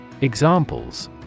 Examples